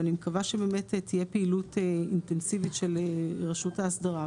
ואני מקווה שבאמת תהיה פעילות אינטנסיבית של רשות האסדרה.